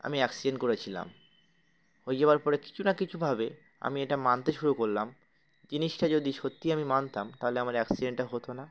আমি অ্যাক্সিডেন্ট করেছিলাম হয়ে যাওয়ার পরে কিছু না কিছুভাবে আমি এটা মানতে শুরু করলাম জিনিসটা যদি সত্যিই আমি মানতাম তাহলে আমার অ্যাক্সিডেন্টটা হতো না